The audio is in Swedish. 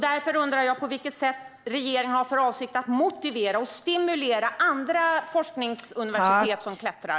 Därför undrar jag på vilket sätt regeringen har för avsikt att motivera och stimulera andra forskningsuniversitet som klättrar.